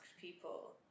people